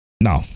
No